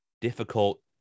difficult